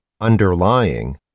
underlying